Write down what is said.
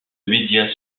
médias